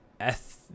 Eth